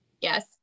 Yes